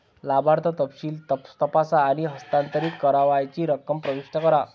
लाभार्थी तपशील तपासा आणि हस्तांतरित करावयाची रक्कम प्रविष्ट करा